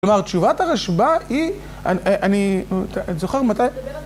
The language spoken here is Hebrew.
כלומר, תשובת הרשב"א היא... אני... זוכר מתי...